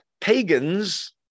pagans